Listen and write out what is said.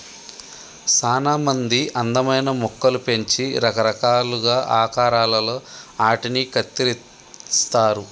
సానా మంది అందమైన మొక్కలు పెంచి రకరకాలుగా ఆకారాలలో ఆటిని కత్తిరిస్తారు